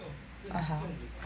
(uh huh)